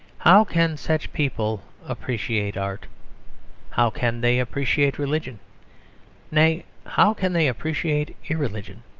how can such people appreciate art how can they appreciate religion nay, how can they appreciate irreligion?